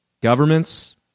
Governments